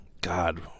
God